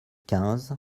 quinze